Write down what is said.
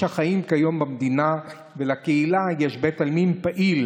החיים כיום במדינה ולקהילה יש בית עלמין פעיל,